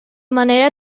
manera